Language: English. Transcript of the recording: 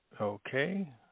Okay